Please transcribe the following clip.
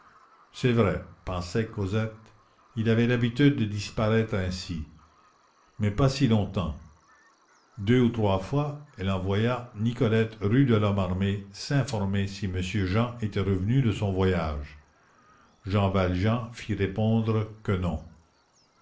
c'est vrai pensait cosette il avait l'habitude de disparaître ainsi mais pas si longtemps deux ou trois fois elle envoya nicolette rue de lhomme armé s'informer si monsieur jean était revenu de son voyage jean valjean fit répondre que non